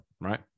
right